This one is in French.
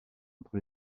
entre